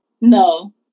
No